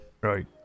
Right